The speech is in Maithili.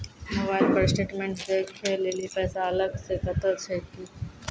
मोबाइल पर स्टेटमेंट देखे लेली पैसा अलग से कतो छै की?